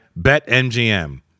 BetMGM